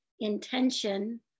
intention